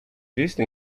visto